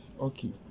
okay